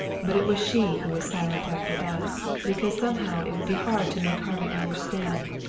but it was she who was silent after that, because somehow it would be hard to make harvey understand.